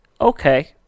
okay